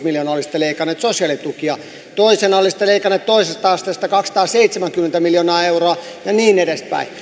miljoonaa olisitte leikanneet sosiaalitukia toisena olisitte leikanneet toisesta asteesta kaksisataaseitsemänkymmentä miljoonaa euroa ja niin edespäin